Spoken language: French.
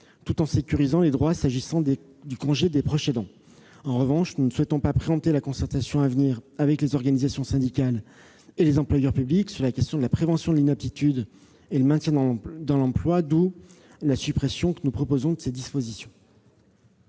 tout en sécurisant les droits, s'agissant du congé des proches aidants. En revanche, nous ne souhaitons pas préempter la concertation à venir avec les organisations syndicales et les employeurs publics sur la question de la prévention de l'inaptitude et le maintien dans l'emploi. C'est pourquoi nous proposons la suppression